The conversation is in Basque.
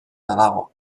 badago